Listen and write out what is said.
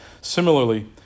Similarly